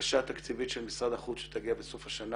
בקשה תקציבית של משרד החוץ שתגיע בסוף השנה